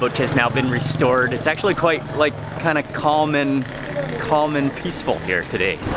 which has now been restored. it's actually quite, like kind of calm and calm and peaceful here today.